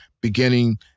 beginning